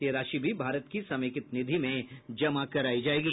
यह राशि भी भारत की समेकित निधि में जमा कराई जाएगी